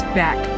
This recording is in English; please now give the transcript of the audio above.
back